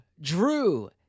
Drew